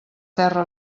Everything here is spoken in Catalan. terra